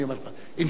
אינשאללה,